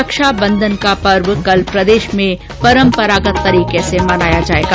रक्षाबंधन का पर्व कल प्रदेश में परम्परागत तरीके से मनाया जायेगा